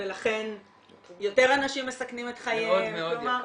ולכן יותר אנשים מסכנים את חייהם --- מאוד מאוד יקר.